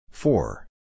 Four